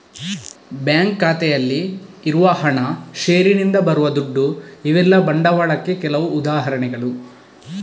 bank ಖಾತೆಯಲ್ಲಿ ಇರುವ ಹಣ, ಷೇರಿನಿಂದ ಬರುವ ದುಡ್ಡು ಇವೆಲ್ಲ ಬಂಡವಾಳಕ್ಕೆ ಕೆಲವು ಉದಾಹರಣೆಗಳು